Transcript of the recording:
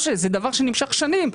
משה, זה דבר שנמשך שנים.